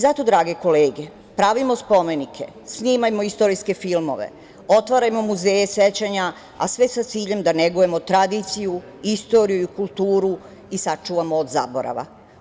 Zato, drage kolege, pravimo spomenike, snimajmo istorijske filmove, otvarajmo muzeje sećanja, a sve sa ciljem da negujemo tradiciju, istoriju, kulturu i sačuvamo od zaborava.